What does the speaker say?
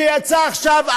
שיצא עכשיו,